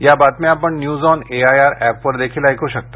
या बातम्या आपण न्यूज ऑन एआयआर ऍपवर देखील ऐकू शकता